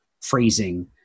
phrasing